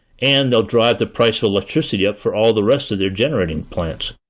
and they'll drive the price of electricity up for all the rest of their generating plants.